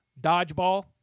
dodgeball